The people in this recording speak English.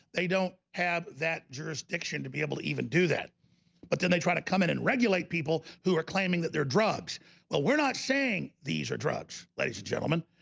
they don't have that jurisdiction to be able to even do that but then they try to come in and regulate people who are claiming that their drugs well, we're not saying these are drugs ladies and gentlemen,